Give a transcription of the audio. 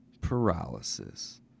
paralysis